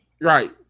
Right